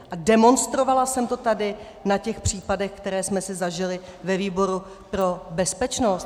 A demonstrovala jsem to tady na těch případech, které jsme si zažili ve výboru pro bezpečnost.